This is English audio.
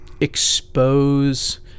expose